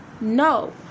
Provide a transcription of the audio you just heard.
No